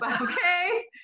Okay